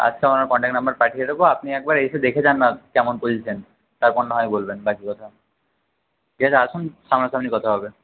আচ্ছা আমার contact number পাঠিয়ে দেবো আপনি একবার এসে দেখে যান না কেমন পজিশন তারপর না হয় বলবেন বাকি কথা ঠিক আছে আসুন সামনা সামনি কথা হবে